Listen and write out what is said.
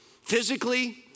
Physically